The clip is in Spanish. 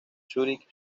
zúrich